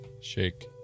Shake